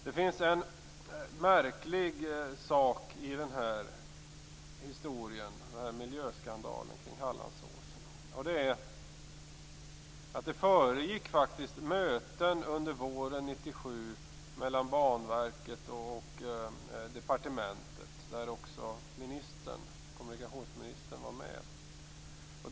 Det finns en märklig sak i miljöskandalen kring Hallandsåsen. Det föregick faktiskt möten under våren 1997 mellan Banverket och departementet där också kommunikationsministern var med.